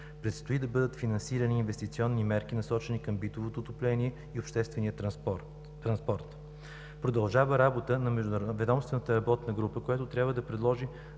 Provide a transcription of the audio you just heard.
Предстои да бъдат финансирани инвестиционни мерки, насочени към битовото отопление и обществения транспорт. Продължава работата на междуведомствената работна група, която трябва да предложи